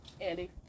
Andy